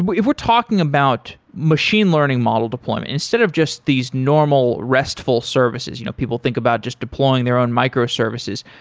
but if we're talking about machine learning model deployment, instead of just these normal restful services you know people think about just deploying their own microservices,